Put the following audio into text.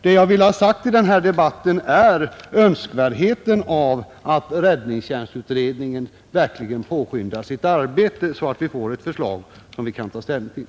Vad jag ville framhålla i denna debatt är alltså önskvärdheten av att räddningstjänstutredningen möjligen påskyndar sitt arbete, så att vi får ett förslag som vi kan ta ställning till.